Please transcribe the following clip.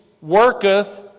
worketh